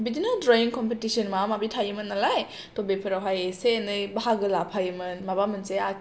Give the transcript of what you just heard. बिदिनो drawing competition माबा माबि थायोमोन नालाय थ' बेफोरावहाय एसे एनै बाहागो लाफायोमोन माबा मोनसे